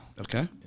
Okay